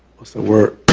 what's the word,